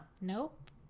Nope